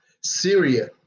Syria